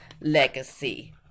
legacy